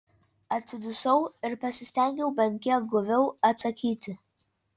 atsidusau ir pasistengiau bent kiek guviau atsakyti